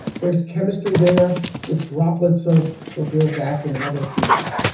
there's chemistry there with droplets of sulfuric acid and other species.